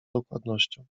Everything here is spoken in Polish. dokładnością